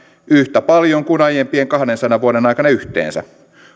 yhtä paljon kuin aiempien kahdensadan vuoden aikana yhteensä